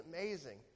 amazing